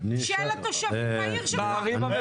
של התושבים בעיר שלך.